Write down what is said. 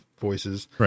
voices